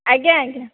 ଆଜ୍ଞା ଆଜ୍ଞା